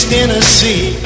Tennessee